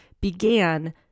began